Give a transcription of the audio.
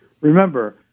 Remember